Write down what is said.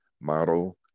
model